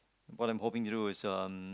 what I'm hoping to do so um